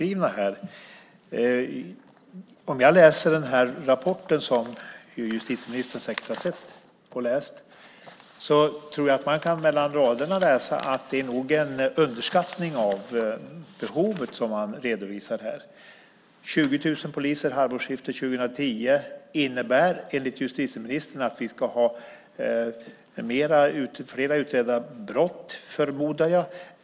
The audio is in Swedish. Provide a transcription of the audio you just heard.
I den rapport som justitieministern säkert har sett går det att läsa mellan raderna att redovisningen är en underskattning av behovet. 20 000 poliser halvårsskiftet 2010 innebär enligt justitieministern att det ska vara fler utredda brott, förmodar jag.